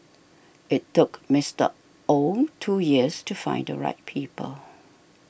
it took Mister Ow two years to find the right people